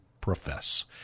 profess